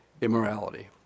immorality